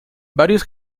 varios